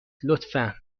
لطفا